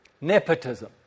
nepotism